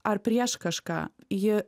ar prieš kažką ji